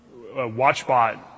Watchbot